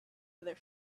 other